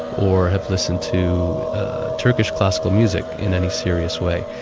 or have listened to turkish classical music in any serious way.